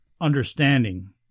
understanding